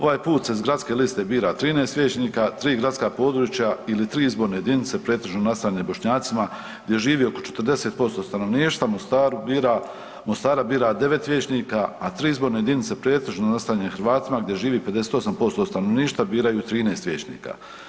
Ovaj put se s gradske liste bira 13 vijećnika, 3 gradska područja ili 3 izborne jedinice pretežno nastanjene Bošnjacima gdje živi oko 40% stanovništva u Mostaru bira, Mostara bira 9 vijećnika, a 3 izborne jedinice pretežno nastanjene Hrvatima gdje živi 58% stanovništva biraju 13 vijećnika.